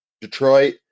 Detroit